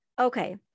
Okay